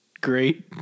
great